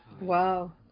Wow